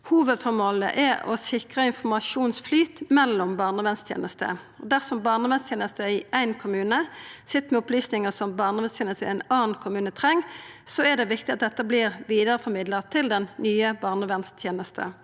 Hovudføremålet er å sikra informasjonsflyt mellom barnevernstenester. Dersom barnevernstenesta i ein kommune sit med opplysningar som barnevernstenesta i ein annan kommune treng, er det viktig at dette vert vidareformidla til den nye barnevernstenesta.